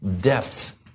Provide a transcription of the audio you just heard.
depth